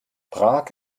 prag